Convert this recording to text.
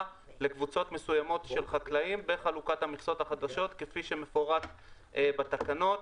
לקבוצות מסוימות של חקלאים בחלוקת המכסות החדשות כפי שמפורט בתקנות,